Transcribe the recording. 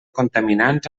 contaminants